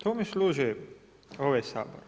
Kome služi ovaj Sabor?